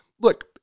Look